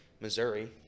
Missouri